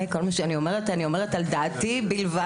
כל מה שאני אומרת, אני אומרת על דעתי בלבד.